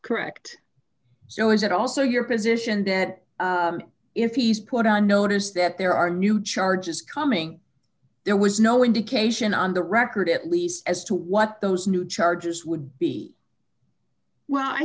correct so is that also your position that if he's put on notice that there are new charges coming there was no indication on the record at least as to what those new charges would be well i